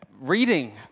reading